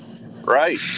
right